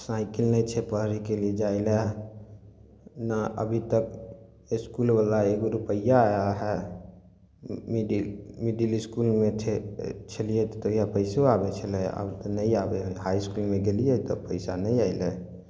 cycle नहि छै पढ़ै केलिए जाय लए ने अभी तक इसकुलवाला एगो रुपैआ आया है मिडिल मिडिल इसकुल मे थे छलियै तहिया पैसो आबै छलै आब तऽ नहि आबै हइ हाइ इसकुलमे गेलियै तऽ पैसा नहि अयलै